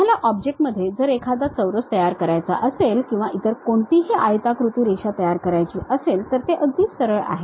तुम्हाला ऑब्जेक्ट मध्ये जर एखादा चौरस तयार करायचा असेल किंवा इतर कोणतीही आयताकृती रेषा तयार करायची असेल तर ते अगदी सरळ आहे